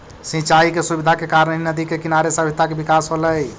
सिंचाई के सुविधा के कारण ही नदि के किनारे सभ्यता के विकास होलइ